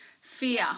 fear